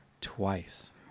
twice